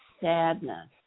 sadness